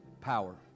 power